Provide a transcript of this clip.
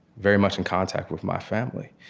very much in contact with my family.